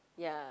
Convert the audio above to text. ya